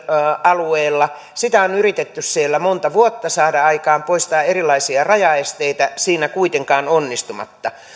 alueella sitä on yritetty siellä monta vuotta saada aikaan poistaa erilaisia rajaesteitä siinä kuitenkaan onnistumatta